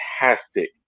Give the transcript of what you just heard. fantastic